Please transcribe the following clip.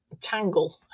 tangle